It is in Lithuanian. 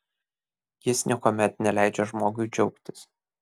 jis niekuomet neleidžia žmogui džiaugtis